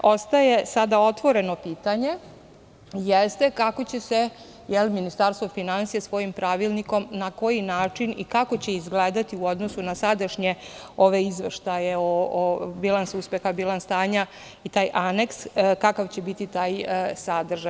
Ostaje sada otvoreno pitanje – kako će Ministarstvo finansija svojim pravilnikom, na koji način i kako će izgledati u odnosu na ove izveštaje o bilansu uspeha, bilansu stanja i taj aneks, kakav će biti taj sadržaj?